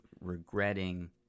regretting